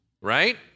right